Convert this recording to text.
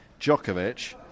Djokovic